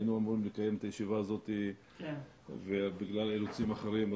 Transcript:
היינו אמורים לקיים את הישיבה הזאת ובגלל אילוצים אחרים היא